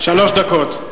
שלוש דקות.